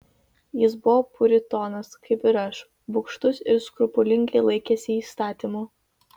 jis buvo puritonas kaip ir aš bugštus ir skrupulingai laikėsi įstatymų